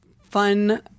fun